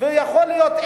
ויכול להיות,